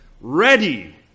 ready